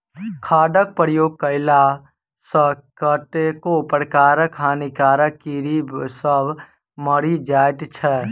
खादक प्रयोग कएला सॅ कतेको प्रकारक हानिकारक कीड़ी सभ मरि जाइत छै